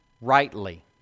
rightly